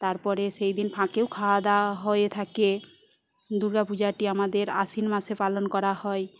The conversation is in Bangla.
তারপরে সেইদিন ফাঁকেও খাওয়া দাওয়া হয়ে থাকে দুর্গাপূজাটি আমাদের আশ্বিন মাসে পালন করা হয়